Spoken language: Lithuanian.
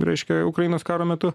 reiškia ukrainos karo metu